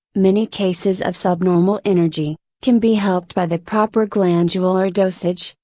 many cases of subnormal energy, can be helped by the proper glandular dosage,